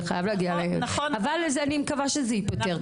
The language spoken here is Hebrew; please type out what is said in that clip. זה חייב להגיע אבל אני מקווה שזה ייפתר,